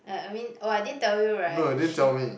I I mean oh I didn't tell you right she